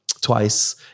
twice